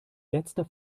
letzter